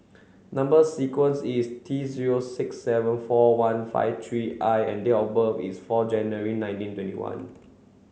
number sequence is T zero six seven four one five three I and date of birth is four January nineteen twenty one